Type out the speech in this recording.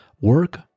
work